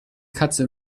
katze